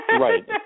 Right